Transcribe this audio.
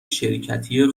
شرکتی